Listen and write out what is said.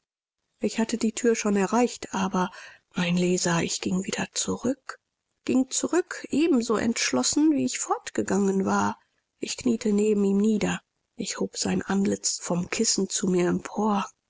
ich hatte die thür schon erreicht aber mein leser ich ging wieder zurück ging zurück ebenso entschlossen wie ich fortgegangen war ich kniete neben ihm nieder ich hob sein antlitz vom kissen zu mir empor